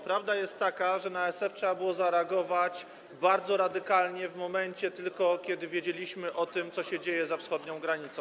Prawda jest taka, że na ASF trzeba było zareagować bardzo radykalnie w momencie, kiedy tylko dowiedzieliśmy się o tym, co się dzieje za wschodnią granicą.